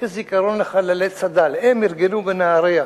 טקס זיכרון לחללי צד"ל, הם ארגנו בנהרייה.